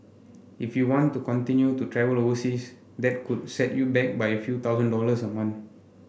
if you want to continue to travel overseas that could set you back by a few thousand dollars a month